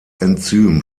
enzym